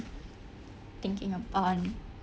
thinking of on